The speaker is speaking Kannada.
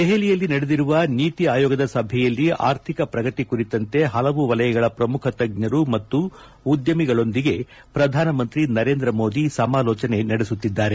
ದೆಹಲಿಯಲ್ಲಿ ನಡೆದಿರುವ ನೀತಿ ಆಯೋಗದ ಸಭೆಯಲ್ಲಿ ಆರ್ಥಿಕ ಪ್ರಗತಿ ಕುರಿತಂತೆ ಹಲವು ವಲಯಗಳ ಪ್ರಮುಖ ತಜ್ಞರು ಮತ್ತು ಉದ್ಯಮಿಗಳೊಂದಿಗೆ ಪ್ರಧಾನಮಂತ್ರಿ ನರೇಂದ್ರ ಮೋದಿ ಸಮಾಲೋಚನೆ ನಡೆಸುತ್ತಿದ್ದಾರೆ